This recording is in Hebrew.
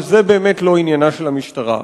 אבל זה באמת לא עניינה של המשטרה.